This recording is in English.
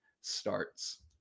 starts